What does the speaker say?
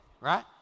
right